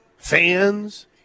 fans